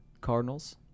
Cardinals